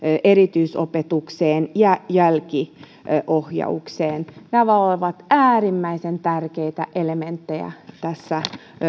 erityisopetukseen ja jälkiohjaukseen nämä ovat äärimmäisen tärkeitä elementtejä tässä